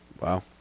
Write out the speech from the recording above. Wow